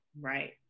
right